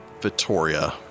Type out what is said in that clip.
Vittoria